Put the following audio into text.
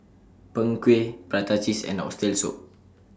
Png Kueh Prata Cheese and Oxtail Soup